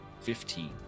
Fifteen